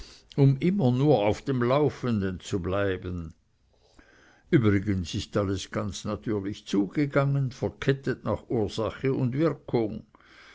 um nur immer auf dem laufenden zu bleiben übrigens ist alles ganz natürlich zugegangen verkettet nach ursache und wirkung